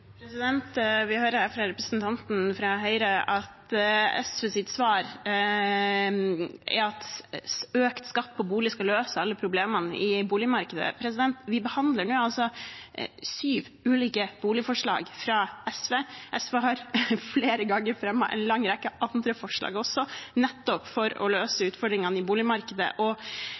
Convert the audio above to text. Vi hører her fra representanten fra Høyre at SVs svar er at økt skatt på bolig skal løse alle problemene i boligmarkedet. Vi behandler nå syv ulike boligforslag fra SV. SV har flere ganger fremmet også en lang rekke andre forslag, nettopp for å løse utfordringene i boligmarkedet.